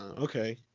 okay